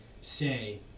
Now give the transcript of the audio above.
say